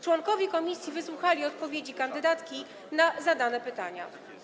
Członkowie komisji wysłuchali odpowiedzi kandydatki na zadane pytania.